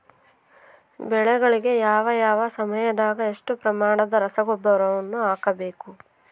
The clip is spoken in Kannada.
ಬೆಳೆಗಳಿಗೆ ಯಾವ ಯಾವ ಸಮಯದಾಗ ಎಷ್ಟು ಪ್ರಮಾಣದ ರಸಗೊಬ್ಬರವನ್ನು ಹಾಕಬೇಕು?